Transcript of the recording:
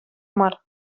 мар